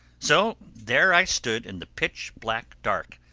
so there i stood in the pitch-black dark,